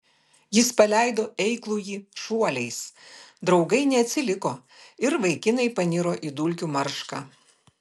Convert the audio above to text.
jis paleido eiklųjį šuoliais draugai neatsiliko ir vaikinai paniro į dulkių maršką